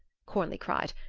cornley cried.